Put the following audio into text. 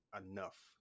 enough